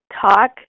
talk